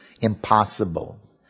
impossible